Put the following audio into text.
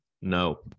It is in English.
no